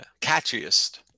Catchiest